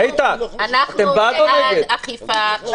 אנחנו בעד אכיפה.